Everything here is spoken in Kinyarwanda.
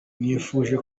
nifuje